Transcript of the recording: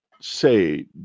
say